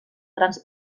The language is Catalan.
grans